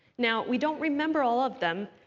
now, we don't remember all of them,